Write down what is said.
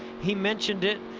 he mentioned it.